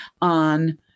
on